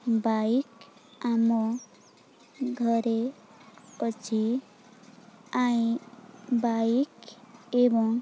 bike ଆମ ଘରେ ଅଛି ଆଇଁ ବାଇକ୍ ଏବଂ